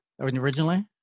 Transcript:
originally